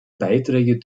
beiträge